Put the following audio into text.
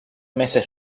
meses